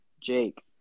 Jake